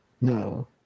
No